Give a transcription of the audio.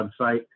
website